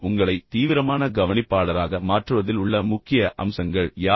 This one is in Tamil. உங்களை சுறுசுறுப்பான கவனிப்பாளராக மாற்றுவதில் உள்ள முக்கிய அம்சங்கள் யாவை